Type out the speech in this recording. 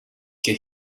get